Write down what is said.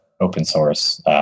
open-source